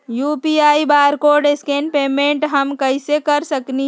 UPI barcode scan payment हम कईसे कर सकली ह?